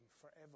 forever